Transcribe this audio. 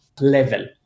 level